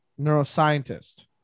neuroscientist